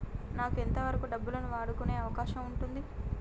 నాకు ఎంత వరకు డబ్బులను వాడుకునే అవకాశం ఉంటది?